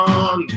on